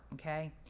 okay